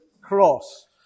cross